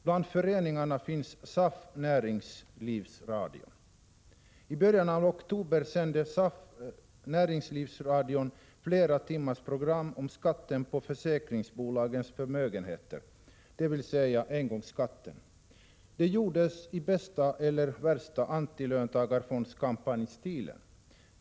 Bland föreningarna finns SAF-Näringslivsradion. I början av oktober sände SAF-Näringslivsradion flera timmars program om skatten på försäkringsbolagens förmögenheter, dvs. engångsskatten. Det gjordes i bästa — eller värsta — antilöntagarfondskampanjstil.